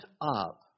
up